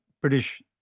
British